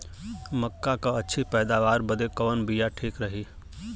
मक्का क अच्छी पैदावार बदे कवन बिया ठीक रही?